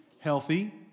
Healthy